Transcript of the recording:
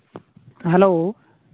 hello